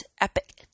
epic